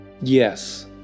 Yes